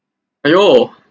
!aiyo!